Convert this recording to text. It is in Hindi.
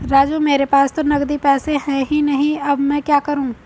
राजू मेरे पास तो नगदी पैसे है ही नहीं अब मैं क्या करूं